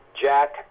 Jack